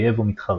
אויב או מתחרה.